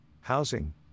housing